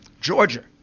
Georgia